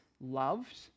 loved